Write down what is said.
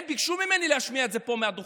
הם ביקשו ממני להשמיע את זה פה מעל הדוכן.